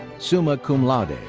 summa cum laude.